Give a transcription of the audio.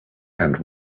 and